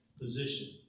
position